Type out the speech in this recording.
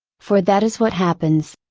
for that is what happens.